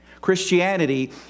Christianity